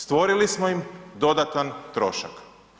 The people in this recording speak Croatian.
Stvorili smo im dodatan trošak.